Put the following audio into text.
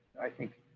i think,